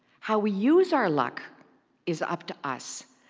how we use our luck is up to us.